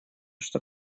что